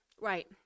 right